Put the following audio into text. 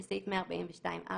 התשמ"ו-1986"